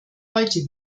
heute